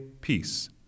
Peace